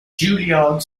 juilliard